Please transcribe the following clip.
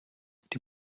die